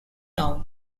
town